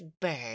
bird